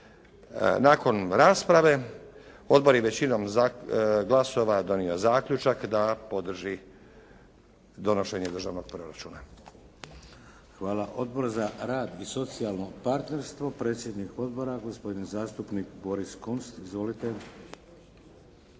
Nakon rasprave odbor je većinom glasova donio zaključak da podrži donošenje državnog proračuna. **Šeks, Vladimir (HDZ)** Hvala. Odbor za rad i socijalno partnerstvo? Predsjednik odbora gospodin zastupnik Boris Kunst. Izvolite.